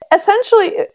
Essentially